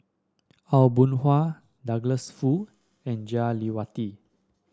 Aw Boon Haw Douglas Foo and Jah Lelawati